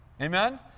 Amen